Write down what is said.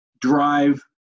drive